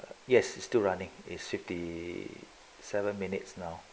yes it's still running is fifty seven minutes now